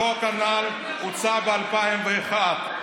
החוק הנ"ל הוצע ב-2001,